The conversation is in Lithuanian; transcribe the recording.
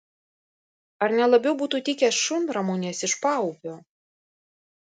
ar ne labiau būtų tikę šunramunės iš paupio